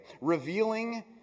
revealing